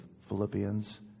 Philippians